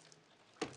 טוב.